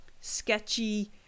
sketchy